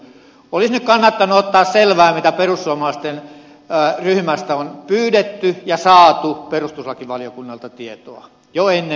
olisi nyt kannattanut ottaa selvää mitä perussuomalaisten ryhmästä on pyydetty ja saatu perustuslakivaliokunnalta tietoa jo ennen päätöstä